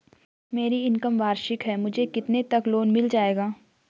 मेरी इनकम वार्षिक है मुझे कितने तक लोन मिल जाएगा?